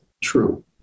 true